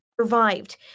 ...survived